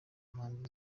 mpamvu